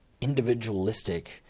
individualistic